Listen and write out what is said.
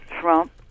Trump